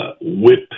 whip